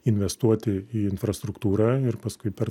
investuoti į infrastruktūrą ir paskui per